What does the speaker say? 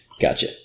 Gotcha